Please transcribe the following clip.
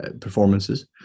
performances